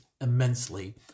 immensely